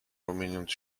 rumieniąc